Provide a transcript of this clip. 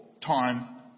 time